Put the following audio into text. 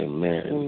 Amen